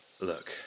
look